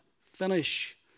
finish